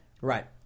right